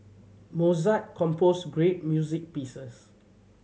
Mozart composed great music pieces